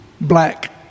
black